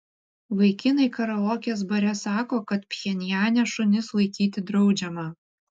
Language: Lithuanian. vaikinai karaokės bare sako kad pchenjane šunis laikyti draudžiama